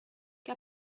che